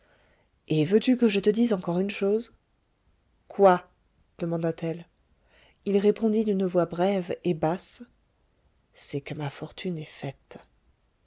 et veux-tu que je te dise encore une chose quoi demanda-t-elle il répondit d'une voix brève et basse c'est que ma fortune est faite